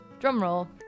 drumroll